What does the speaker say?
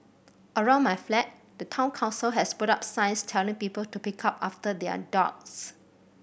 around my flat the Town Council has put up signs telling people to pick up after their dogs